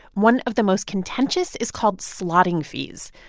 one of the most contentious is called slotting fees.